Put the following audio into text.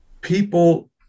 people